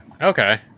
Okay